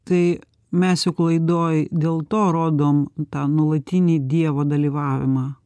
tai mes juk laidoj dėl to rodom tą nuolatinį dievo dalyvavimą